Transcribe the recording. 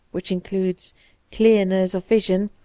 which includes clearness of vision,